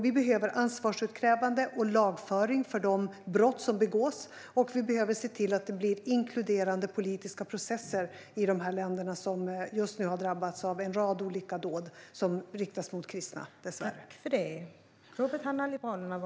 Vi behöver ansvarsutkrävande och lagföring av de brott som begås, och vi behöver se till att det blir inkluderande politiska processer i de länder som har drabbats av en rad olika dåd som riktas mot kristna.